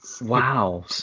Wow